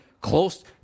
close